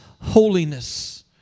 holiness